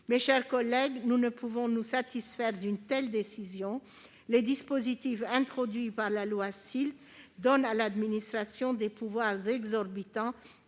Mes chers collègues, nous ne pouvons nous satisfaire d'une telle décision. Les dispositifs introduits dans notre droit par la loi SILT donnent à l'administration des pouvoirs exorbitants,